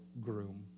groom